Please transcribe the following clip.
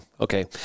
Okay